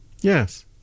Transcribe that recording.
yes